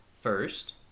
First